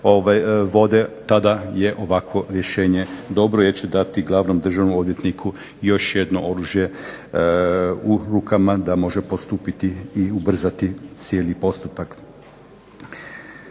vode. Tada je ovakvo rješenje dobro jer će dati glavnom državnom odvjetniku još jedno oružje u rukama da može postupiti i ubrzati cijeli postupak.